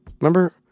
remember